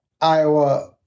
Iowa